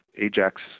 Ajax